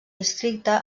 districte